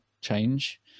change